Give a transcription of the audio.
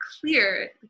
clear